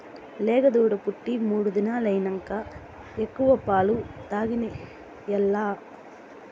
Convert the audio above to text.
లేగదూడ పుట్టి మూడు దినాలైనంక ఎక్కువ పాలు తాగనియాల్ల